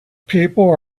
people